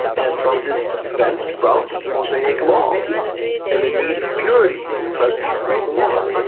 and from this event sprouts the mosaic law and the need for purity in the presence of the lord.